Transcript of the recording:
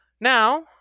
Now